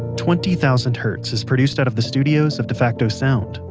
twenty thousand hertz is produced out of the studios of defacto sound,